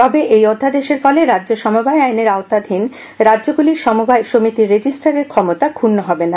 তবে এই অধ্যাদেশের ফলে রাজ্য সমবায় আইনের আওতায় রাজ্যগুলির সমবায় সমিতির রেজিস্টারের ক্ষমতা ক্ষুন্ন হবে না